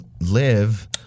live